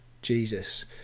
Jesus